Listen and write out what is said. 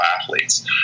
athletes